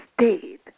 stayed